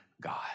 God